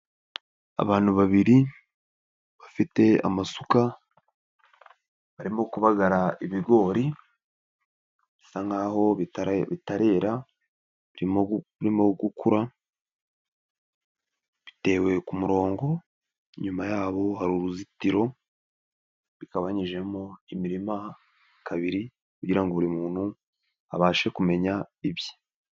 Abantu babiri bafite amasuka, barimo kubagara ibigori, bisa nkaho bitarera birimo gukura, bitewe ku murongo, inyuma yabo hari uruzitiro rugabanyijemo imirima kabiri kugira ngo buri muntu abashe kumenya ibye.